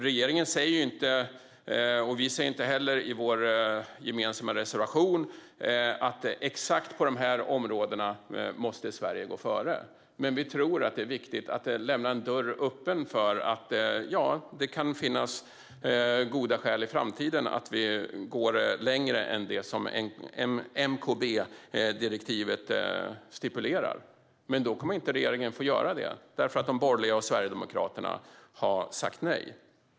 Regeringen säger inte, och vi säger inte heller i vår gemensamma reservation, att exakt på dessa områden måste Sverige gå före. Det är viktigt - och det lämnar en dörr öppen för - att det i framtiden kan finnas goda skäl att gå längre än det som MKB-direktivet stipulerar. Men regeringen kommer inte att kunna göra det eftersom de borgerliga och Sverigedemokraterna har sagt nej.